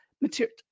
material